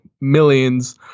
millions